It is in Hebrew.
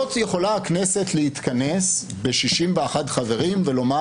לא יכולה הכנסת להתכנס ב-61 חברים ולומר: